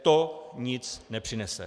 To nic nepřinese.